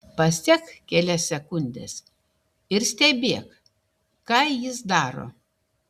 pasek kelias sekundes ir stebėk ką jis daro